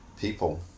people